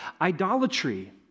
Idolatry